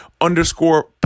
underscore